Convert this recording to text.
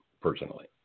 personally